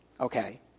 okay